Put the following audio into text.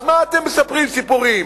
אז מה אתם מספרים סיפורים?